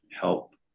help